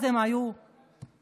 אז הם היו בכנסת,